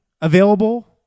available